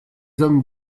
hommes